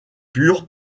pur